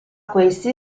questi